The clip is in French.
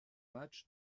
matchs